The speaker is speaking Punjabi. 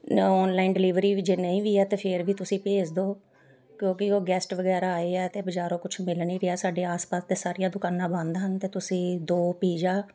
ਔਨਲਾਈਨ ਡਿਲੀਵਰੀ ਵੀ ਜੇ ਨਹੀਂ ਵੀ ਆ ਤਾਂ ਫੇਰ ਵੀ ਤੁਸੀਂ ਭੇਜ ਦਿਉ ਕਿਉਂਕਿ ਉਹ ਗੈਸਟ ਵਗੈਰਾ ਆਏ ਆ ਅਤੇ ਬਾਜ਼ਾਰੋਂ ਕੁਛ ਮਿਲ ਨਹੀਂ ਰਿਹਾ ਸਾਡੇ ਆਸ ਪਾਸ ਤਾਂ ਸਾਰੀਆਂ ਦੁਕਾਨਾਂ ਬੰਦ ਹਨ ਅਤੇ ਤੁਸੀਂ ਦੋ ਪੀਜ਼ਾ